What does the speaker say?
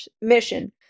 mission